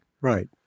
Right